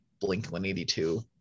Blink-182